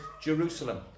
Jerusalem